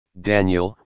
Daniel